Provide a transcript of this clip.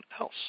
else